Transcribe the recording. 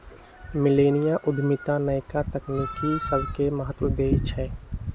मिलेनिया उद्यमिता नयका तकनी सभके महत्व देइ छइ